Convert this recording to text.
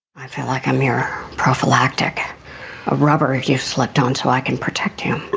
i feel like a mirror prophylactic robber if you've slept on two i can protect him